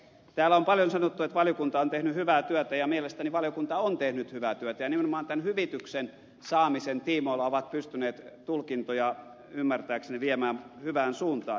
täällä on paljon sanottu että valiokunta on tehnyt hyvää työtä ja mielestäni valiokunta on tehnyt hyvää työtä ja nimenomaan tämän hyvityksen saamisen tiimoilla on pystynyt tulkintoja ymmärtääkseni viemään hyvään suuntaan